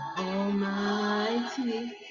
almighty